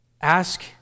Ask